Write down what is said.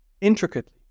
intricately